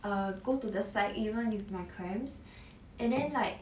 err go to the side even with my cramps and then like